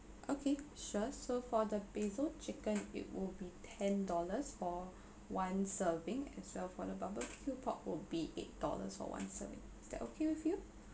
okay sure so for the basil chicken it would be ten dollars for one serving as well for the barbecue pork would be eight dollars for one serving is that okay with you